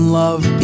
love